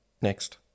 Next